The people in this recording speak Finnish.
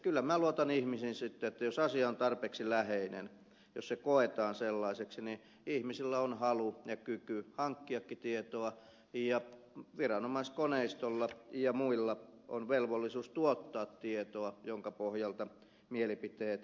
kyllä minä luotan ihmisiin että jos asia on tarpeeksi läheinen jos se koetaan sellaiseksi niin ihmisillä on halu ja kyky hankkiakin tietoa ja viranomaiskoneistolla ja muilla on velvollisuus tuottaa tietoa jonka pohjalta mielipiteet muodostetaan